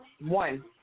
One